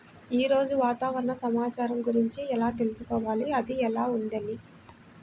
ఈరోజు వాతావరణ సమాచారం గురించి ఎలా తెలుసుకోవాలి అది ఎలా ఉంది అని?